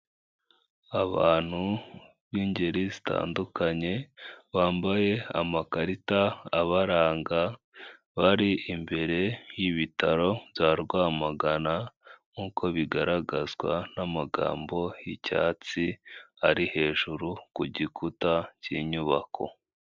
Abantu b'ingeri zitandukanye bambaye amakarita abaranga, bari imbere y'ibitaro bya Rwamagana nk'uko bigaragazwa n'amagambo y'icyatsi ari hejuru ku gikuta cy'inyubako.